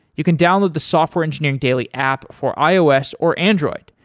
you can download the software engineering daily app for ios or android.